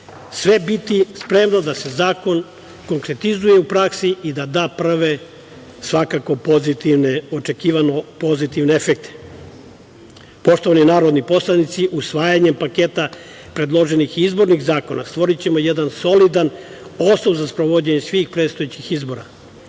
sve biti spremno da se zakon konkretizuje u praksi i da da prve očekivano pozitivne efekte. Poštovani narodni poslanici, usvajanjem paketa predloženih izbornih zakona stvorićemo jedan solidan osnov za sprovođenje svih predstojećih izbora,